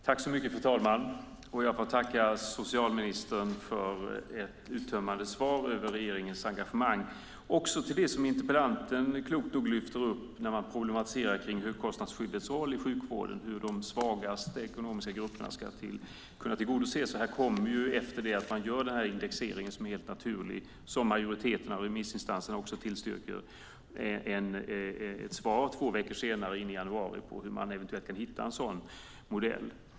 Fru talman! Jag får tacka socialministern för ett uttömmande svar om regeringens engagemang, också det som interpellanten klokt nog lyfter upp när man problematiserar kring högkostnadsskyddets roll i sjukvården, hur de ekonomiskt svagaste grupperna ska kunna tillgodoses. Efter att man gör den här indexeringen, som är helt naturlig och som majoriteten av remissinstanserna också tillstyrker, kommer det ett svar två veckor senare i januari om hur man eventuellt kan hitta en sådan modell.